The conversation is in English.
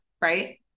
right